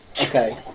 Okay